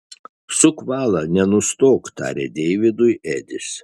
suk valą nenustok tarė deividui edis